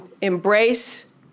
embrace